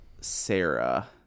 Sarah